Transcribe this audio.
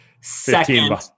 second